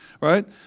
right